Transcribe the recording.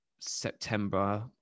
September